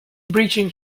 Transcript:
breaching